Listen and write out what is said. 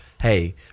hey